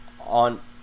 On